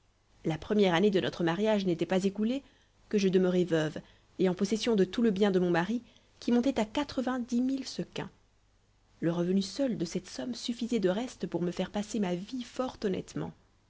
la première année de notre mariage n'était pas écoulée que je demeurai veuve et en possession de tout le bien de mon mari qui montait à quatre-vingt-dix mille sequins le revenu seul de cette somme suffisait de reste pour me faire passer ma vie fort honnêtement